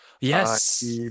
yes